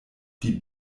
die